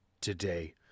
today